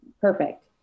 perfect